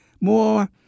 more